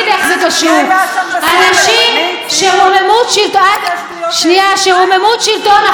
אנשים שרוממות שלטון החוק, אבל מה הקשר?